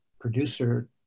producer